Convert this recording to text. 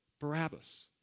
Barabbas